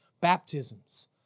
baptisms